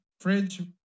Fridge